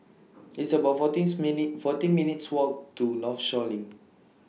It's about fourteen fourteen minutes' Walk to Northshore LINK